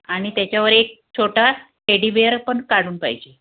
आणि त्याच्यावर एक छोटा टेडीबिअर पण काढून पाहिजे